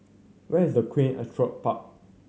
where is Queen Astrid Park